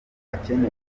akenewe